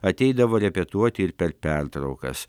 ateidavo repetuoti ir per pertraukas